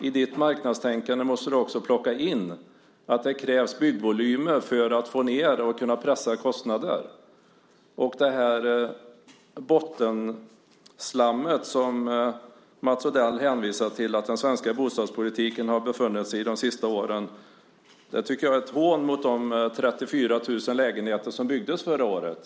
I ditt marknadstänkande måste du också plocka in att det krävs byggvolymer för att få ned och kunna pressa kostnader. Mats Odell säger att den svenska bostadspolitiken har befunnit sig i ett bottenslam de senaste åren. Det tycker jag är ett hån mot de 34 000 lägenheter som byggdes förra året.